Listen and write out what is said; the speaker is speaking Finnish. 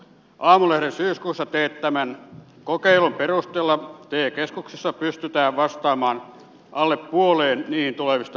aamulehden syyskuussa teettämän kokeilun perusteella te keskuksissa pystytään vastaamaan alle puoleen niihin tulevista puheluista